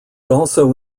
also